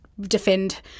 defend